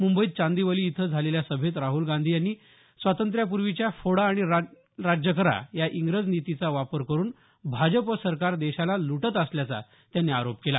मुंबईत चांदिवली इथं झालेल्या सभेत राहूल गांधी यांनी स्वातंत्र्यापूर्वीच्या फोडा आणि लुटा या इंग्रज नितीचा वापर करून भाजप सरकार देशाला लुटत असल्याचा त्यांनी आरोप केला